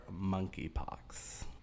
monkeypox